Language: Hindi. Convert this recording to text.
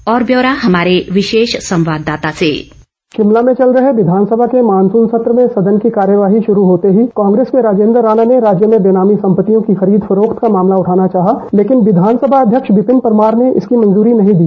और ब्यौरा हमारे विशेष संवाददाता से शिमला में चल रहे विधानासभा के मॉनसून सत्र में सदन की कार्यवाही शुरू होते ही कांग्रेस के राजेद राणा ने राज्य में बेनामी संपत्तियों की खरीद फरोक्त का मामला उठाना चाहा लेकिन विधानसभा अध्यक्ष विपिन परमार ने इसकी मंजूरी नहीं दी